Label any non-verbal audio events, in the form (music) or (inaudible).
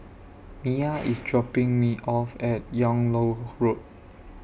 Miah (noise) IS dropping Me off At Yung Loh Road